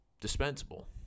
dispensable